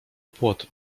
płot